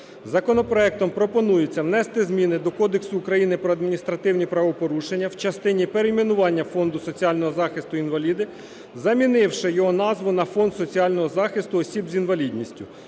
Законопроектом пропонується внести зміни до Кодексу України про адміністративні правопорушення в частині перейменування Фонду соціального захисту інвалідів, замінивши його назву на "Фонд соціального захисту осіб з інвалідністю".